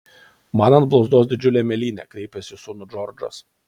man ant blauzdos didžiulė mėlynė kreipėsi į sūnų džordžas